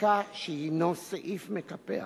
חזקה שהינו סעיף מקפח.